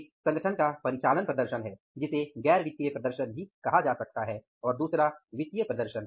एक संगठन का परिचालन प्रदर्शन है और दूसरा वित्तीय प्रदर्शन